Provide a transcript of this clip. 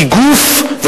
כי גוף,